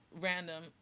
random